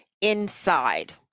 inside